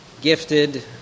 gifted